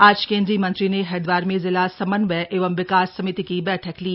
आज केंद्रीय मंत्री ने हरिद्वार में जिला समन्वय एवं विकास समिति की बैठक ली